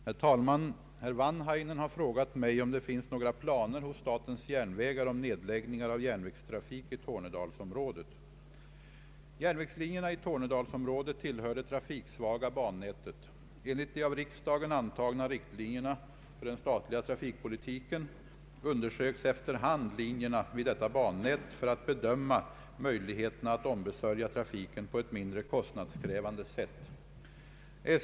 Herr talman! Herr Wanhainen har frågat mig om det finns några planer hos statens järnvägar om nedläggningar av järnvägstrafik i Tornedalsområdet. Järnvägslinjerna i Tornedalsområdet tillhör det trafiksvaga bannätet. Enligt de av riksdagen antagna riktlinjerna för den statliga trafikpolitiken undersöks efter hand linjerna vid detta bannät för att bedöma möjligheterna att ombesörja trafiken på ett mindre kostnadskrävande sätt.